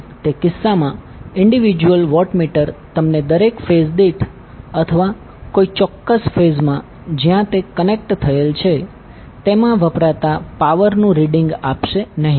તે કિસ્સામાં individual wattmeter તમને દરેક ફેઝ દીઠ અથવા કોઈ ચોક્કસ ફેઝમાં જ્યાં તે કનેક્ટ થયેલ છે તેમા વપરાતા પાવરનું રીડીંગ આપશે નહીં